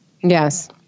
Yes